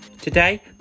Today